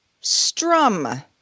Strum